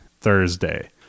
Thursday